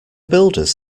builders